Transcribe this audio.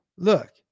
Look